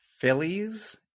phillies